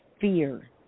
fear